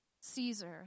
Caesar